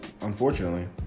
Unfortunately